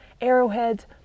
arrowheads